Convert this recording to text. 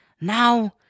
now